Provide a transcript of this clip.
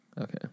Okay